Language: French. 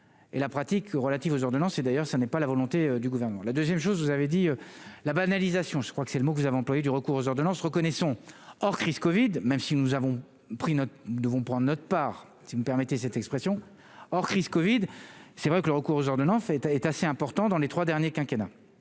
et la pratique relatives aux ordonnances et d'ailleurs ça n'est pas la volonté du gouvernement la 2ème chose vous avez dit la banalisation, je crois que c'est le mot que vous avez employé du recours aux ordonnances reconnaissons hors crise Covid même si nous avons pris note, nous devons prendre notre part, si vous me permettez cette expression or crise Covid c'est vrai que le recours aux ordonnances est à est assez important dans les 3 derniers quinquennats